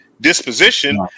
disposition